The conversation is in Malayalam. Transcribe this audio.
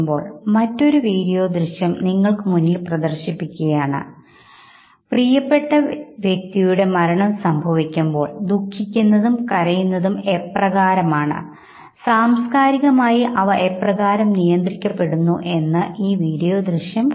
അതാണ് മേൽ ചിത്രത്തിൽ നിങ്ങൾക്ക് കാണാൻ സാധിക്കുക ഇടതു വശവും ഇടതു വശവും വലതു വശവും വലതു വശവും തമ്മിൽ കൂട്ടിച്ചേർത്ത ചിത്രങ്ങളിൽ നോക്കുമ്പോൾ നിങ്ങൾക്ക് വ്യതിയാനം ദൃശ്യമാണ്